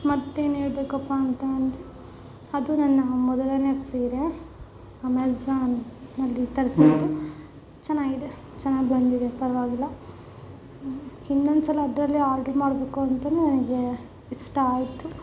ಮತ್ತೇನು ಹೇಳ್ಬೇಕಪ್ಪ ಅಂತ ಅಂದರೆ ಅದು ನನ್ನ ಮೊದಲನೇ ಸೀರೆ ಅಮೆಝನ್ನಲ್ಲಿ ತರಿಸಿರೋದು ಚೆನ್ನಾಗಿದೆ ಚೆನ್ನಾಗಿ ಬಂದಿದೆ ಪರವಾಗಿಲ್ಲ ಇನ್ನೊಂದು ಸಲ ಅದರಲ್ಲೇ ಆರ್ಡ್ರ ಮಾಡಬೇಕು ಅಂತನೇ ನನಗೆ ಇಷ್ಟ ಆಯಿತು